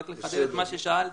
רק לחדד מה ששאלת,